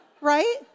Right